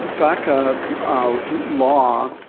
faca law,